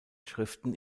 schriften